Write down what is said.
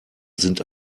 sind